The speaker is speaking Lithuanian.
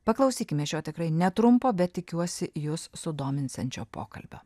paklausykime šio tikrai netrumpo bet tikiuosi jus sudominsiančios pokalbio